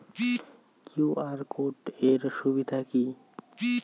QR code এর সুবিধা কি?